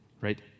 right